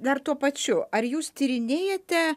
dar tuo pačiu ar jūs tyrinėjate